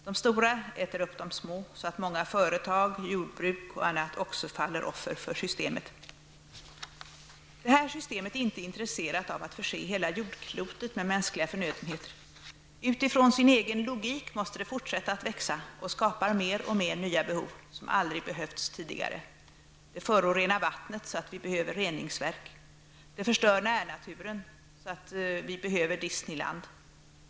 De stora äter upp de små, så att många företag, jordbruk m.m. också faller offer för systemet. -- Det här systemet är inte intresserat av att förse hela jordklotet med mänskliga förnödenheter. Utifrån sin egen logik måste det fortsätta att växa -- och skapar mer och mer nya ''behov'', som aldrig behövts tidigare. Det förorenar vattnet, så att vi behöver reningsverk. Det förstör närnaturen så att vi behöver Disneyland.